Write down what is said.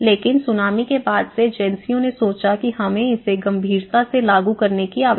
लेकिन सुनामी के बाद से एजेंसियों ने सोचा है कि हमें इसे गंभीरता से लागू करना चाहिए